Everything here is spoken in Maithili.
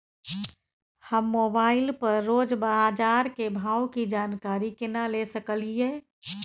हम मोबाइल पर रोज बाजार के भाव की जानकारी केना ले सकलियै?